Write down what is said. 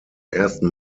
ersten